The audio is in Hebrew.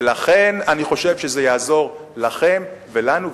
ולכן אני חושב שזה יעזור לכם ולנו,